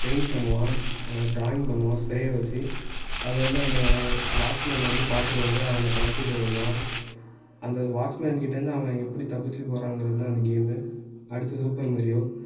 paint பண்ணுவான் drawing பண்ணுவான் ஸ்ப்ரேவ வச்சு அதை வந்து அந்த வாச் மேன் வந்து பார்த்துடுவாரு அவனை துறத்திட்டு ஓடுவான் அந்த வாச் மேன்கிட்டேருந்து அவன் எப்படி தப்பிச்சி போகிறாங்குறது தான் இந்த கேமு அடுத்து ரூபன் மேரியோ